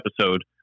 episode